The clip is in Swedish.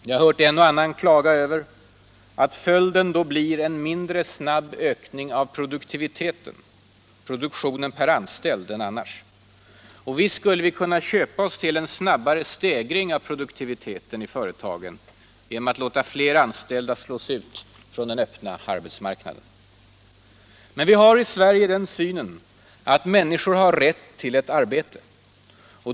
Jag har hört en och annan klaga över att följden då blir en mindre snabb ökning av produktionen per anställd än annars. Och givetvis skulle vi kunna köpa oss en snabbare stegring av produktiviteten i företagen genom att låta fler anställda slås ut från den öppna arbetsmarknaden. Men vi har i Sverige det synsättet att människor har rätt till ett arbete.